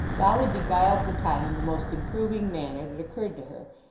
dolly beguiled the time in the most improving manner that occurred to her,